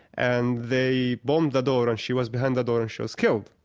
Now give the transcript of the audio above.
and they bombed the door, and she was behind the door and she was killed.